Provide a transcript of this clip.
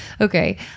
okay